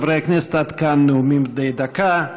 חברי הכנסת, עד כאן נאומים בני דקה.